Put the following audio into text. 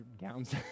gowns